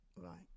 right